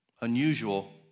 unusual